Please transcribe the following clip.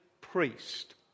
priest